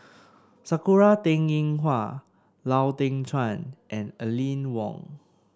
Sakura Teng Ying Hua Lau Teng Chuan and Aline Wong